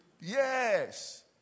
yes